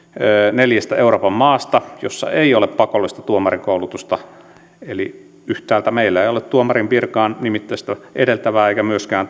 neljästä euroopan maasta jossa ei ole pakollista tuomarikoulutusta eli yhtäältä meillä ei ole tuomarin virkaan nimittämistä edeltävää eikä myöskään